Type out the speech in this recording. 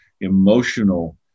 emotional